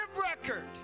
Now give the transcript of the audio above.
record